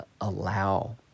allow